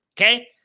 Okay